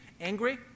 angry